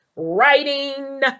writing